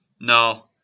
No